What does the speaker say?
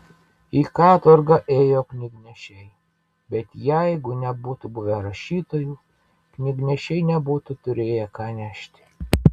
į katorgą ėjo knygnešiai bet jeigu nebūtų buvę rašytojų knygnešiai nebūtų turėję ką nešti